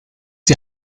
die